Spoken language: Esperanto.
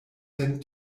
sen